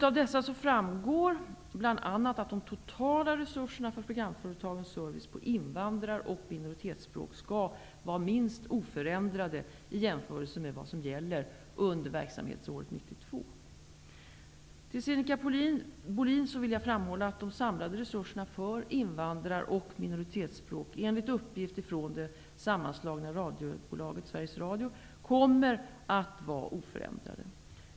Av dessa framgår bl.a. att de totala resurserna för programföretagens service på invandrar och minoritetsspråk skall vara minst oförändrade i jämförelse med vad som gäller under verksamhetsåret 1992. Till Sinikka Bohlin vill jag framhålla att de samlade resurserna för invandrar och minoritetsspråk, enligt uppgift från det sammanslagna radiobolaget Sveriges Radio, kommer att vara oförändrade.